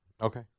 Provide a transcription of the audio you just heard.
Okay